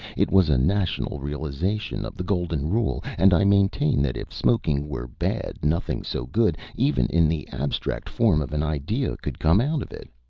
it was a national realization of the golden rule, and i maintain that if smoking were bad nothing so good, even in the abstract form of an idea, could come out of it.